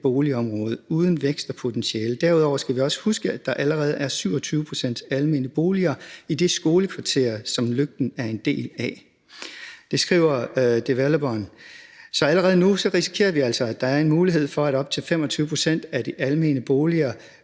boligområde uden ekstra potentiale. Derudover skal vi også huske, at der allerede er 7.000 almene boliger i det skolekvarter, som Lygten er en del af. Det skriver developeren. Så allerede nu risikerer vi altså, at der er en mulighed for, at en andel af almene boliger